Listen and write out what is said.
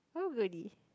oh goodie